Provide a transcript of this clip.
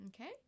Okay